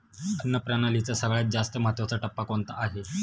अन्न प्रणालीचा सगळ्यात जास्त महत्वाचा टप्पा कोणता आहे?